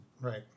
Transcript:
right